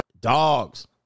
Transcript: dogs